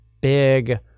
big